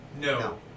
No